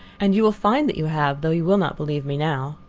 and you will find that you have though you will not believe me now.